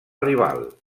rival